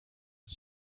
his